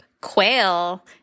quail